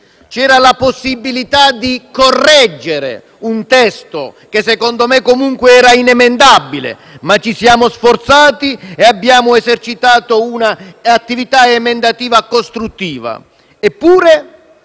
C'era la possibilità di correggere un testo, secondo me inemendabile, ma ci siamo comunque sforzati e abbiamo esercitato un'attività emendativa costruttiva.